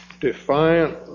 defiant